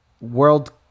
World